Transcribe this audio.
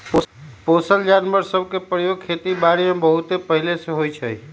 पोसल जानवर सभ के प्रयोग खेति बारीमें बहुते पहिले से होइ छइ